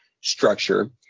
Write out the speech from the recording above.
structure